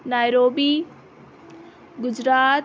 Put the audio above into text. Nairobi Gujarat